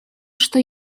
что